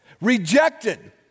rejected